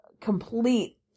complete